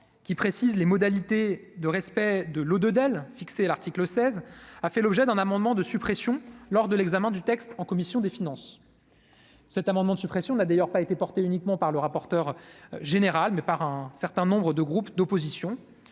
qui précise les modalités de respect de l'eau de Dell fixé l'article 16 a fait l'objet d'un amendement de suppression lors de l'examen du texte en commission des finances, cet amendement de suppression n'a d'ailleurs pas été porté uniquement par le rapporteur général, mais par un certain nombre de groupes d'opposition,